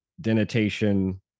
denotation